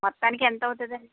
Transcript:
మొత్తానికి ఎంత అవుతదండి